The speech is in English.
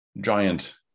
giant